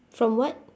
from what